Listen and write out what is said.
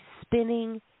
spinning